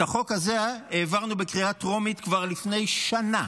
את החוק הזה העברנו בקריאה הטרומית כבר לפני שנה,